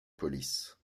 police